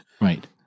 Right